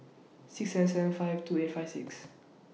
six seven seven five two eight five six